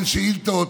אין שאילתות,